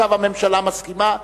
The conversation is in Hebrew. ועכשיו הממשלה מסכימה.